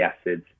acids